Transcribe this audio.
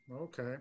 Okay